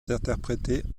interprétées